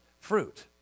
Fruit